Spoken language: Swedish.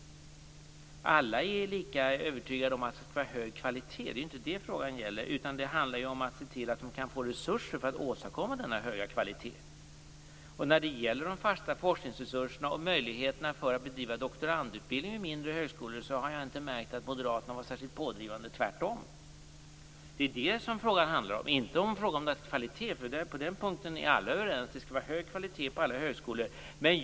Alla är lika övertygade om att vi skall ha hög kvalitet. Det är inte det frågan gäller, utan det hela handlar om att se till att högskolorna får resurser för att kunna åstadkomma denna höga kvalitet. När det gäller de fasta forskningsresurserna och möjligheterna att bedriva doktorandutbildning vid mindre högskolor har jag inte märkt att Moderaterna har varit särskilt pådrivande - tvärtom. Det är det som frågan handlar om, och inte om kvalitet. På den punkten är ju alla överens - det skall vara hög kvalitet på alla högskolor.